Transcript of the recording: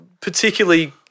particularly